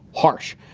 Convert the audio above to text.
harsh.